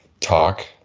talk